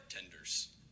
tenders